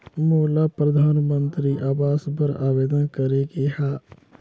मोला परधानमंतरी आवास बर आवेदन करे के हा?